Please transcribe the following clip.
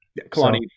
Kalani